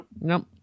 Nope